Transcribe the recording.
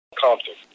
compton